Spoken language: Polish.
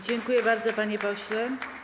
Dziękuję bardzo, panie pośle.